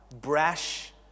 brash